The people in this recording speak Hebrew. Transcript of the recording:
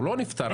הוא לא סתם נפטר.